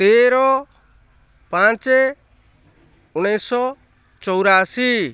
ତେର ପାଞ୍ଚ ଉଣେଇଶ ଚଉରାଅଶୀ